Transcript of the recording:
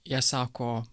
jie sako